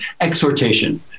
exhortation